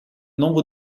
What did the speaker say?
nombre